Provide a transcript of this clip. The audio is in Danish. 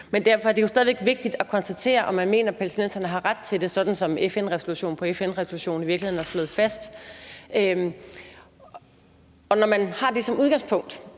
er det jo stadig vigtigt at konstatere, om man mener palæstinenserne har ret til det, sådan som FN-resolution på FN-resolution i virkeligheden har slået fast. Når man har det som udgangspunkt,